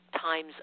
times